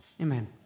Amen